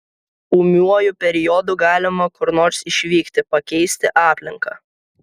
ūmiuoju periodu galima kur nors išvykti pakeisti aplinką